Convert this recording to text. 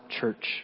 church